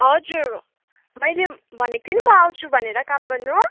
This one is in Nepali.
हजुर मैले भनेको थिएँ नि म आउँछु भनेर काम गर्नु